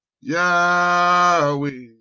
Yahweh